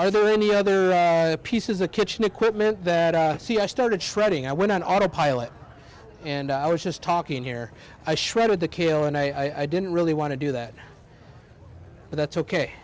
are there any other pieces a kitchen equipment that i see i started shredding i went on autopilot and i was just talking here i shredded the kale and i didn't really want to do that but that's ok